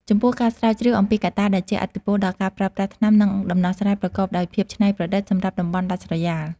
ចំពោះការស្រាវជ្រាវអំពីកត្តាដែលជះឥទ្ធិពលដល់ការប្រើប្រាស់ថ្នាំ និងដំណោះស្រាយប្រកបដោយភាពច្នៃប្រឌិតសម្រាប់តំបន់ដាច់ស្រយាល។